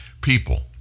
people